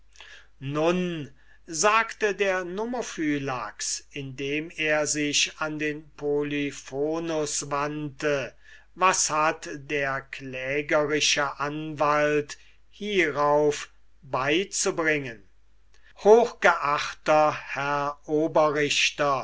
nun sagte der nomophylax indem er sich an polyphonus wandte was hat der klägerische anwalt hierauf beizubringen hochgeachter herr